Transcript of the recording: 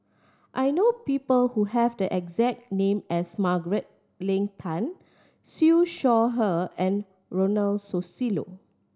I know people who have the exact name as Margaret Leng Tan Siew Shaw Her and Ronald Susilo